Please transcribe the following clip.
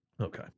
Okay